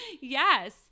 Yes